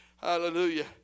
Hallelujah